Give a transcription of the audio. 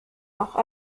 auch